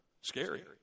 scary